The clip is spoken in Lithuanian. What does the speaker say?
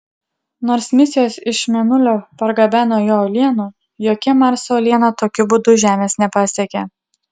nors misijos iš mėnulio pargabeno jo uolienų jokia marso uoliena tokiu būdu žemės nepasiekė